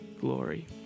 glory